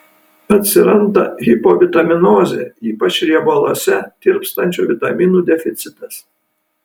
atsiranda hipovitaminozė ypač riebaluose tirpstančių vitaminų deficitas